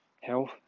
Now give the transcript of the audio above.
health